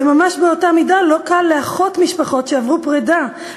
וממש באותה מידה לא קל לאחות משפחות שעברו פרידה,